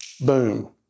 boom